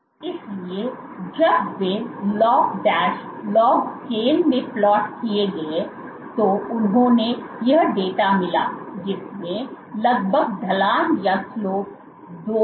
इसलिए जब वे लॉग लॉग स्केल स्केल में प्लॉट किए गए तो उन्हें यह डेटा मिला जिसमें लगभग ढलान 2 था